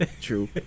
true